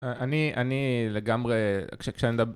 אני אני לגמרי